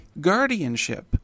Guardianship